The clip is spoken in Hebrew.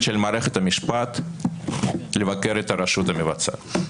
של מערכת המשפט לבקר את הרשות המבצעת.